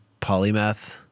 polymath